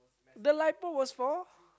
the Lipo was for